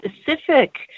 specific